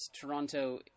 Toronto